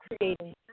creating